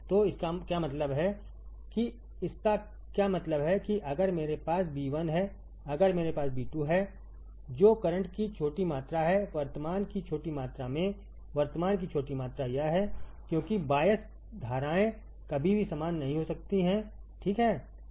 तो इसका क्या मतलब है कि इसका क्या मतलब है कि अगर मेरे पासB1 है अगर मेरे पासB2 हैजो करंट की छोटी मात्रा है वर्तमान की छोटी मात्रा में वर्तमान की छोटी मात्रा यह है क्योंकिबायस धाराएं कभी भी समान नहीं हो सकती हैं ठीक है